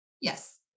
Yes